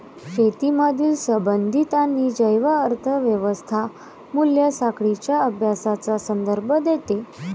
शेतीमधील संबंधित आणि जैव अर्थ व्यवस्था मूल्य साखळींच्या अभ्यासाचा संदर्भ देते